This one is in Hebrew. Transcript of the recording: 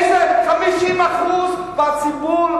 50% מהציבור,